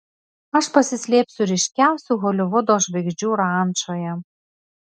aš pasislėpsiu ryškiausių holivudo žvaigždžių rančoje